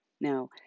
Now